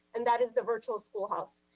and that is the virtual school house.